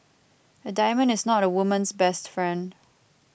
a diamond is not a woman's best friend